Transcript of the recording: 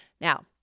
Now